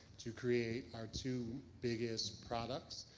to create our two biggest products.